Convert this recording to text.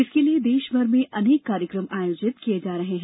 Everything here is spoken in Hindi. इसके लिए देशभर में अनेक कार्यक्रम आयोजित किये जा रहे हैं